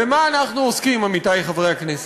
במה אנחנו עוסקים, עמיתי חברי הכנסת?